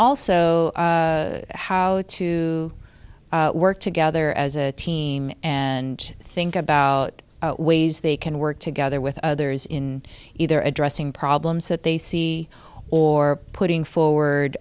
also how to work together as a team and think about ways they can work together with others in either addressing problems that they see or putting forward